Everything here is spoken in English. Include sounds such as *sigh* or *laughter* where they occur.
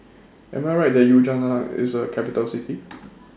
Am I Right that Ljubljana IS A Capital City *noise*